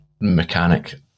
mechanic